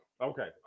Okay